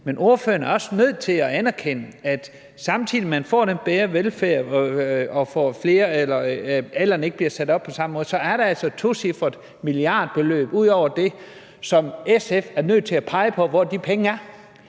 Men ordføreren er også nødt til at anerkende, at samtidig med at man får den bedre velfærd og at pensionsalderen ikke bliver sat op på samme måde som tidligere, så er der altså et tocifret milliardbeløb, og her er SF nødt til at pege på, hvor de penge